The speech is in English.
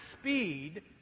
speed